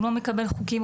הוא לא מקבל חוקים,